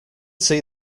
see